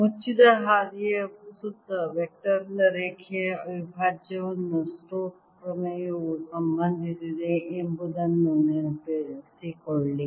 ಮುಚ್ಚಿದ ಹಾದಿಯ ಸುತ್ತ ವೆಕ್ಟರ್ ನ ರೇಖೆಯ ಅವಿಭಾಜ್ಯವನ್ನು ಸ್ಟೋಕ್ಸ್ ಪ್ರಮೇಯವು ಸಂಬಂಧಿಸಿದೆ ಎಂಬುದನ್ನು ನೆನಪಿಸಿಕೊಳ್ಳಿ